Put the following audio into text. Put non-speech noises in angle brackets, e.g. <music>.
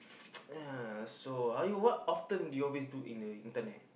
<noise> ya so are you what often do you always do in the internet